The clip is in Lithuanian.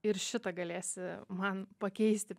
ir šitą galėsi man pakeisti